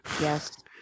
yes